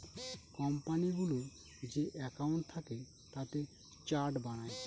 কোম্পানিগুলোর যে একাউন্ট থাকে তাতে চার্ট বানায়